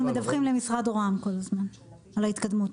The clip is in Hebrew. אנחנו מדווחים למשרד רוה"מ כל הזמן על ההתקדמות.